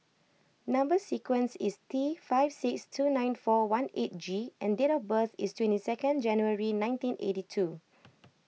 Number Sequence is T five six two nine four one eight G and date of birth is twenty second January nineteen eighty two